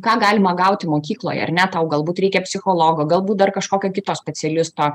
ką galima gauti mokykloje ar ne tau galbūt reikia psichologo galbūt dar kažkokio kito specialisto